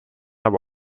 aber